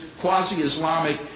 quasi-Islamic